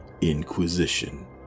Inquisition